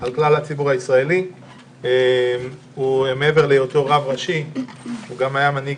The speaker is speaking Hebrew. על כלל הציבור הישראלי ומעבר להיותו רב ראשי הוא גם היה מנהיג